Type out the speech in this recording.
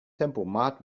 tempomat